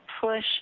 push